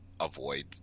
avoid